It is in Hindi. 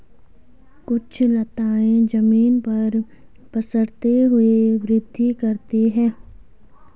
कुछ लताएं जमीन पर पसरते हुए वृद्धि करती हैं